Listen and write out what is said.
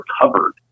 covered